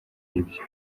ibyo